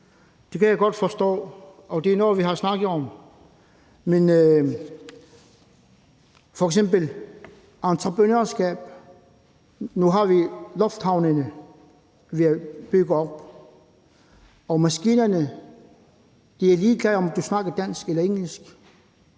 Det kan jeg godt forstå, og det er noget, vi har snakket om. Men tag nu f.eks. entreprenørskab. Nu har vi lufthavnene, vi bygger op, og maskinerne er ligeglade med, om du snakker dansk eller engelsk.